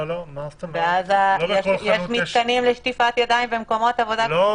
ואז יש מתקנים לשטיפת ידיים במקומות עבודה --- מה זאת אומרת?